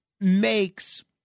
makes